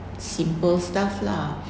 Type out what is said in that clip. simple stuff lah